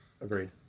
Agreed